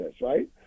right